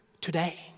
today